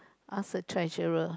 ask a treasurer